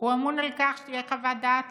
הוא אמון על כך שתהיה חוות דעת